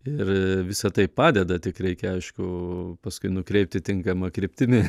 ir visa tai padeda tik reikia aišku paskui nukreipti tinkama kryptimi